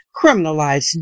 criminalized